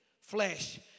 flesh